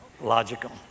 logical